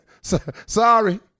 Sorry